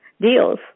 deals